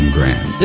Grand